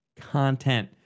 content